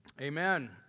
Amen